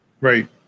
right